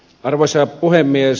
arvoisa puhemies